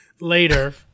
later